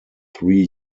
three